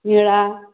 निळा